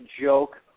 joke